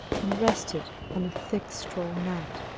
and rested on a thick straw mat,